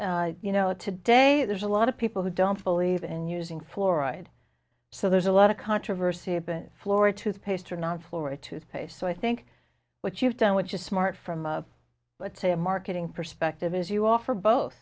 to you know today there's a lot of people who don't believe in using fluoride so there's a lot of controversy about it flora toothpaste or not flora toothpaste so i think what you've done which is smart from a marketing perspective is you offer both